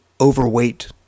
overweight